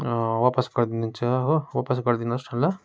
वापस गरिदिनु हुन्छ हो वापस गरिदिनुहोस् न ल